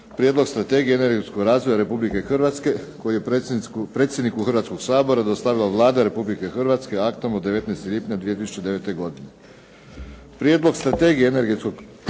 Prijedlog strategije i energetskog razvoja Republike Hrvatske koji je predsjedniku Hrvatskog sabora dostavila Vlada Republike Hrvatske aktom od 19. lipnja 2009. Prijedlog strategije energetskog razvoja